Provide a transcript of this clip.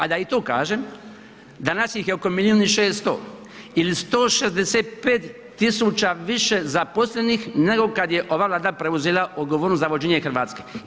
A da i tu kažem, danas ih je oko milijun i 600 ili 165 tisuća više zaposlenih nego kada je ova Vlada preuzela odgovornost za vođenje Hrvatske.